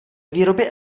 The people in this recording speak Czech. výrobě